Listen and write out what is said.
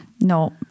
No